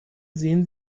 sehen